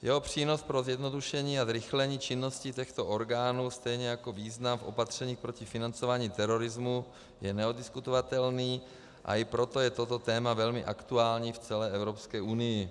Jeho přínos pro zjednodušení a zrychlení činnosti těchto orgánů stejně jako význam v opatření proti financování terorismu je neoddiskutovatelný, a i proto je toto téma velmi aktuální v celé Evropské unii.